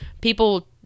people